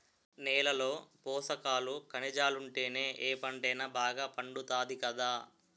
నేలలో పోసకాలు, కనిజాలుంటేనే ఏ పంటైనా బాగా పండుతాది కదా